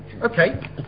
Okay